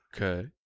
Okay